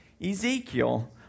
Ezekiel